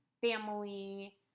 family